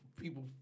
people